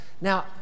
Now